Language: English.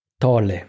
Tolle